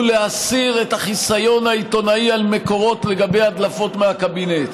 הוא להסיר את החיסיון העיתונאי על מקורות לגבי הדלפות מהקבינט.